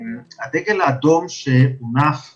מרצה לניהול במצבי חרום ואסון באוניברסיטת